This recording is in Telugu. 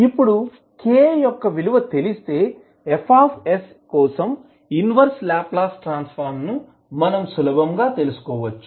ఇప్పుడు ki యొక్క విలువ తెలిస్తే F కోసం ఇన్వర్స్ లాప్లాస్ ట్రాన్స్ ఫార్మ్ ను మనం సులభంగా తెలుసుకోవచ్చు